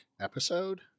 episode-